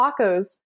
tacos